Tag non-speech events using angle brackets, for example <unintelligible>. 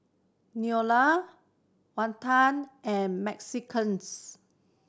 Neola Walton and <unintelligible>